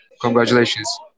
congratulations